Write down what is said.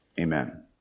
Amen